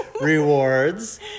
rewards